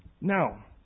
Now